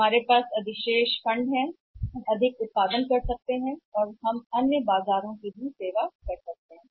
हमारे पास अधिशेष निधि है हम अधिक उत्पादन कर सकते हैं हम अधिक और निर्माता कर सकते हैं हम अन्य बाजारों की भी सेवा कर सकते हैं